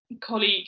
colleague